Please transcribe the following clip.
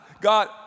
God